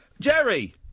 Jerry